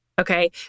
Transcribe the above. okay